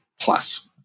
plus